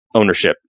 ownership